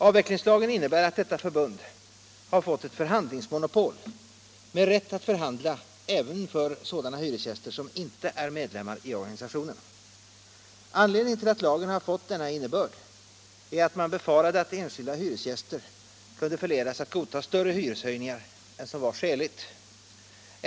Avvecklingslagen innebär att detta förbund har fått ett förhandlingsmonopol med rätt att förhandla även för sådana hyresgäster som icke är medlemmar i organisationen. Anledningen till att lagen fått denna innebörd är att man befarade att enskilda hyresgäster kunde förledas att godta större hyreshöjningar än vad som var skäligt.